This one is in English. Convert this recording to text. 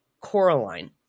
Coraline